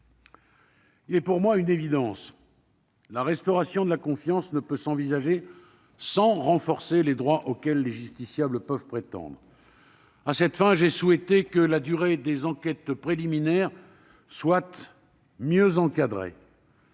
Il est pour moi évident que la restauration de la confiance ne peut s'envisager sans le renforcement des droits auxquels les justiciables peuvent prétendre. À cette fin, j'ai souhaité que la durée des enquêtes préliminaires soit mieux encadrée